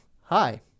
Hi